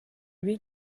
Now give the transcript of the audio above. lui